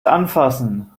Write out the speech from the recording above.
anfassen